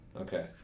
Okay